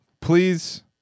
Please